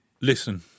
Listen